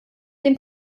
dem